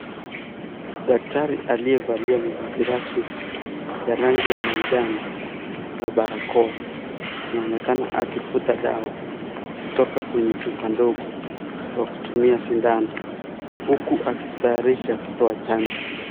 Daktari aliyevalia mavazi rasmi ya rangi ya manjano na barakoa anaonekana akivuta dawa kutoka kwenye chupa ndogo kwa kutumia sindano huku akijitayarisha kutoa chanjo.